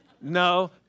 No